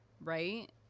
right